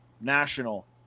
national